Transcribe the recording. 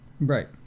Right